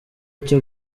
cyo